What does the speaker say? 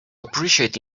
appreciate